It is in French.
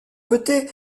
côté